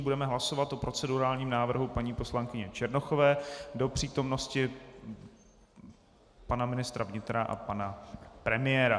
Budeme hlasovat o procedurálním návrhu paní poslankyně Černochové do přítomnosti pana ministra vnitra a pana premiéra.